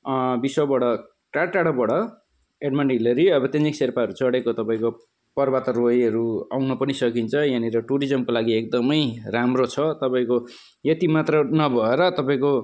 विश्वबाट टाढा टाढाबाट Edmund Hillary अब तेन्जिङ सेर्पाहरू चढेको तपाईँको पर्वतारोहीहरू आउन पनि सकिन्छ यहाँनिर टुरिज्मको लागि एकदमै राम्रो छ तपाईँको यति मात्र नभएर तपाईँको